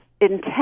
intent